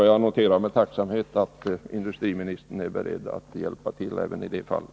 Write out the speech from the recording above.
Jag noterar alltså med tacksamhet att industriministern är beredd att hjälpa till även i det fallet.